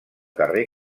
carrer